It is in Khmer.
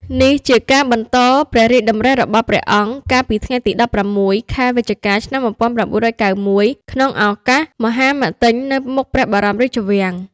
នេះជាការបន្តព្រះរាជតម្រិះរបស់ព្រះអង្គ កាលពីថ្ងៃទី១៦ ខែវិច្ឆិកា ឆ្នាំ១៩៩១ ក្នុងឱកាសមហាមិទ្ទិញនៅមុខព្រះបរមរាជវាំង។